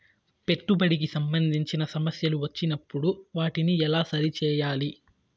పెట్టుబడికి సంబంధించిన సమస్యలు వచ్చినప్పుడు వాటిని ఎలా సరి చేయాలి?